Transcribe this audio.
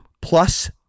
Plus